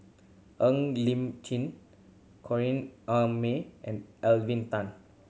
Ng Li Chin Corrinne May and Elvin Tan